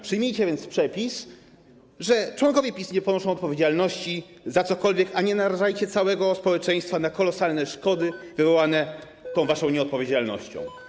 Przyjmijcie więc przepis, że członkowie PiS nie ponoszą odpowiedzialności za cokolwiek, a nie narażajcie całego społeczeństwa na kolosalne szkody wywołane tą waszą nieodpowiedzialnością.